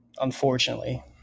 unfortunately